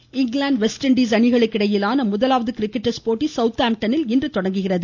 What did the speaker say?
cricket England west Indies அணிகளுக்கிடையேயான முதலாவது cricket test போட்டி சவுத்ஆம்டனில் இன்று தொடங்குகிறது